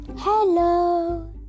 Hello